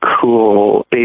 cool